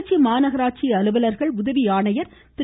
திருச்சி மாநகராட்சி அலுவலர்கள் உதவி ஆணையர் திரு